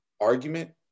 argument